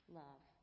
love